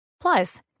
Plus